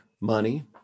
money